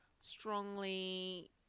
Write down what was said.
strongly